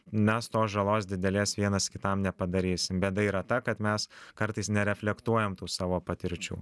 mes tos žalos didelės vienas kitam nepadarysim bėda yra ta kad mes kartais nereflektuojam tų savo patirčių